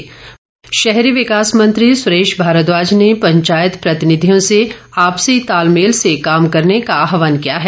सुरेश भारद्वाज शहरी विकास मंत्री सुरेश भारद्वाज ने पंचायत प्रतिनिधियों से आपसी तालमेल से काम करने का आहवान किया है